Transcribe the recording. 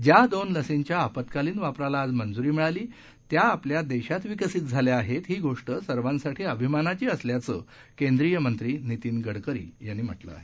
ज्या दोन लसींच्या आपत्कालीन वापरला आज मंजुरी मिळाली त्या आपल्या देशात विकसित झाल्या आहेत ही गोष्ट सर्वांसाठी अभिमानाची असल्याचं केंद्रीय मंत्री नितीन गडकरी यांनी म्हटलं आहे